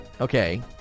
okay